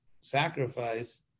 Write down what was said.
sacrifice